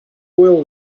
will